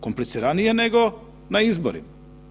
Kompliciranije nego na izborima.